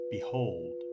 Behold